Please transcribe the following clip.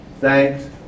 thanks